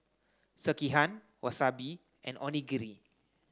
Sekihan Wasabi and Onigiri